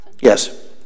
Yes